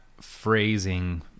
phrasing